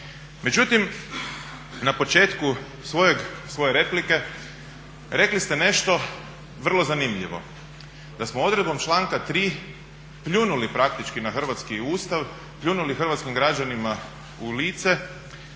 Međutim, na početku svoje replike rekli ste nešto vrlo zanimljivo, da smo odredbom članka 3. pljunuli praktički na Hrvatski ustav, pljunuli hrvatskim građanima u lice